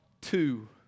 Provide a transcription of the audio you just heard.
two